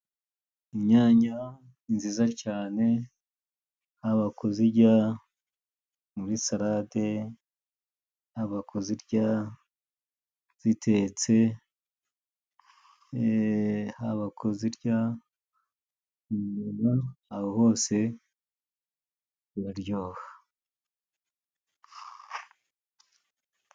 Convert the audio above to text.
Inyanya ni nziza cane, haba kuzijya muri salade, haba kuzirya zitetse, haba kuzirya mu nyama aho hose biraryoha.